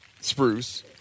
spruce